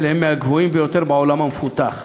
הוא מהגבוהים ביותר בעולם המפותח.